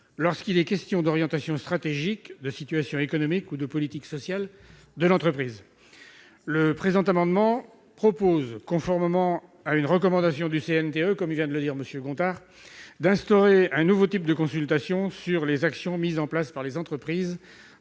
lorsqu'il est question des orientations stratégiques, de la situation économique ou de la politique sociale de l'entreprise. Le présent amendement vise, conformément à une recommandation du CNTE évoquée par M. Gontard, à instaurer un nouveau type de consultation sur les actions mises en place par les entreprises